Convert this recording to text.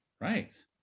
right